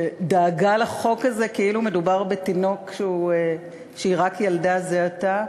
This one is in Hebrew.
שדאגה לחוק הזה כאילו מדובר בתינוק שהיא רק ילדה זה עתה.